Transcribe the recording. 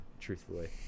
truthfully